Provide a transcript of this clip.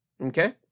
Okay